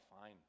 fine